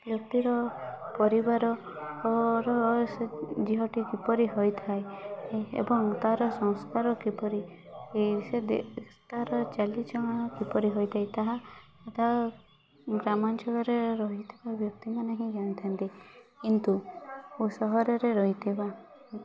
ବ୍ୟକ୍ତିର ପରିବାର ସେ ଝିଅଟି କିପରି ହୋଇଥାଏ ଏବଂ ତାର ସଂସ୍କାର କିପରି ତାର ଚାଲିଚଳନ କିପରି ହୋଇଥାଏ ତାହା ତା ଗ୍ରାମାଞ୍ଚଳରେ ରହୁଥିବା ବ୍ୟକ୍ତିମାନେ ହିଁ ଜାଣିଥାନ୍ତି କିନ୍ତୁ ସହରରେ ରହିଥିବା